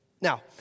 Now